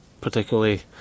particularly